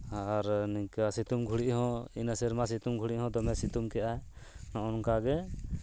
ᱟᱨ ᱱᱤᱝᱠᱟᱹ ᱥᱤᱛᱩᱝ ᱜᱷᱩᱲᱤᱡ ᱦᱚᱸ ᱤᱱᱟᱹ ᱥᱮᱨᱢᱟ ᱥᱤᱛᱩᱝ ᱜᱷᱩᱲᱤ ᱦᱚᱸ ᱫᱚᱢᱮ ᱥᱤᱛᱩᱝ ᱠᱮᱜᱼᱟ ᱱᱚᱝᱠᱟᱜᱮ